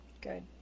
Good